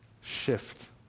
shift